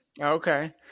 Okay